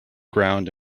ground